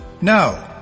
no